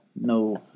No